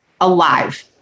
alive